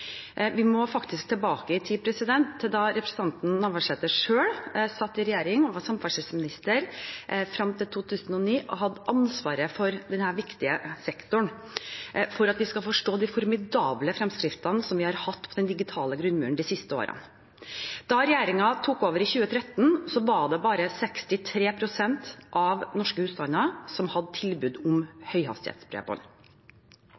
Vi må faktisk tilbake i tid til da representanten Navarsete selv satt i regjering og var samferdselsminister frem til 2009 og hadde ansvaret for denne viktige sektoren, for at vi skal forstå de formidable fremskrittene vi har hatt på den digitale grunnmuren de siste årene. Da regjeringen tok over i 2013, var det bare 63 pst. av norske husstander som hadde tilbud om